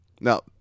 Now